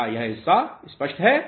क्या यह हिस्सा स्पष्ट है